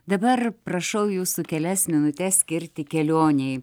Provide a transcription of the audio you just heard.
dabar prašau jūsų kelias minutes skirti kelionei